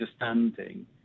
understanding